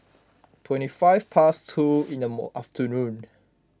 twenty five past two in the afternoon